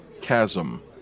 chasm